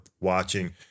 watching